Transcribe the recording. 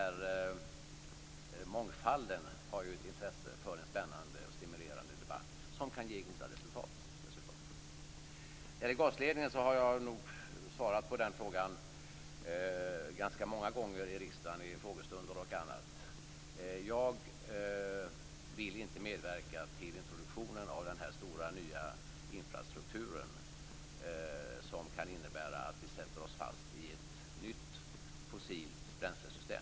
Även mångfalden har ett intresse för en spännande och stimulerande debatt, som dessutom kan ge goda resultat. Jag har ganska många gånger svarar på frågan om gasledningen; i frågestunder i riksdagen osv. Jag vill inte medverka till introduktionen av den här nya stora infrastrukturen, som kan innebära att vi sätter oss fast i ett nytt fossilt bränslesystem.